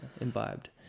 Imbibed